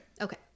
Okay